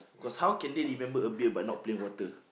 cause how can they remember a beer but not playing water